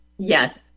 Yes